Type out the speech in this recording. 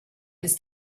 ist